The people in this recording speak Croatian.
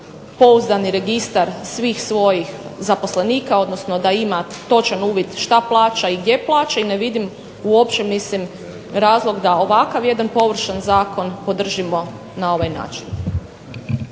pouzdani registar svih svojih zaposlenika, odnosno da ima točan uvid šta plaća i gdje plaća, i ne vidim uopće mislim razlog da ovakav jedan površan zakon podržimo na ovaj način.